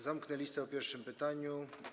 Zamknę listę po pierwszym pytaniu.